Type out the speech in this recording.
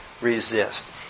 resist